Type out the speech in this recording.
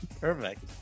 Perfect